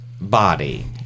Body